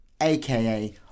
AKA